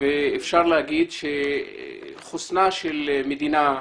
ואפשר לומר שחוסנה של מדינה,